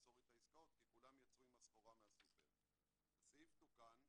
כולם רוצים שהחוק יעבור, נכון?